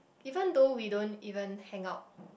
even though we don't even hangout